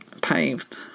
paved